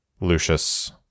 Lucius